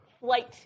flight